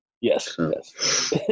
Yes